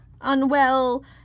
Unwell